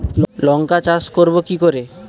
লঙ্কা চাষ করব কি করে?